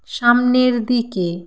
সামনের দিকে